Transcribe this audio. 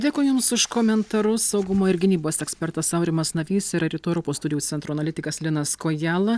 dėkoju jums už komentarus saugumo ir gynybos ekspertas aurimas navys ir rytų europos studijų centro analitikas linas kojala